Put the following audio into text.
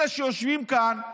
אלה שיושבים כאן,